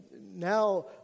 now